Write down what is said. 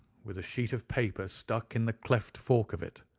with a sheet of paper stuck in the cleft fork of it.